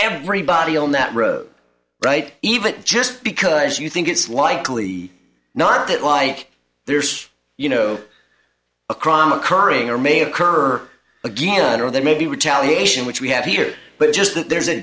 everybody on that road right even just because you think it's likely not that like there's you know a crime occurring or may occur again or there may be retaliation which we have here but just that there's a